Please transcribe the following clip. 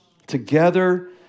Together